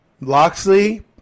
Loxley